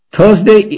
Thursday